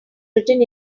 written